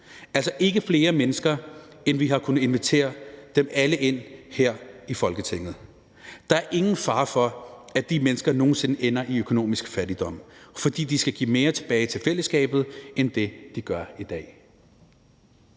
altså ikke tale om flere mennesker, end at vi ville have kunnet invitere alle herind i Folketinget. Der er ingen fare for, at de mennesker nogen sinde ender i økonomisk fattigdom, fordi de skal give mere tilbage til fællesskabet end det, de gør i dag.